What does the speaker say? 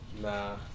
Nah